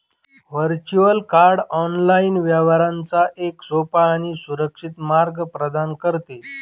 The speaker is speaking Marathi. व्हर्च्युअल कार्ड ऑनलाइन व्यवहारांचा एक सोपा आणि सुरक्षित मार्ग प्रदान करते